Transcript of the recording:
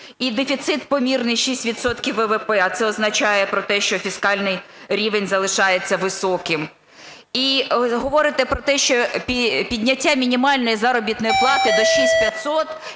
дефіцит помірний – 6 відсотків ВВП. А це означає про те, що фіскальний рівень залишається високим. І говорите про те, що підняття мінімальної заробітної плати до 6500